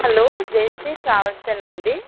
hello JC ట్రావెల్సేనండి